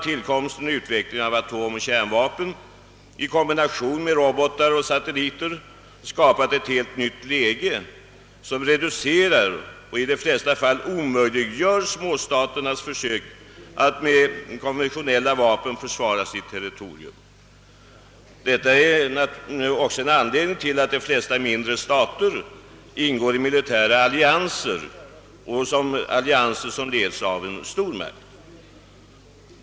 Tillkomsten och utvecklingen av atomoch kärnvapen i kombination med robotar och satelliter har skapat ett helt nytt läge som reducerar och i de flesta fall omöjliggör försök av småstater att med konventionella vapen försvara sitt territorium. Detta är också en anledning till att de flesta mindre stater ingår i militärallianser som leds av en stormakt.